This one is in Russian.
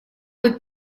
быть